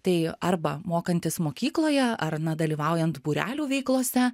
tai arba mokantis mokykloje ar na dalyvaujant būrelių veiklose